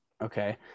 Okay